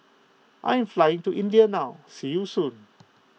I'm flying to India now see you soon